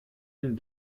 une